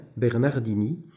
Bernardini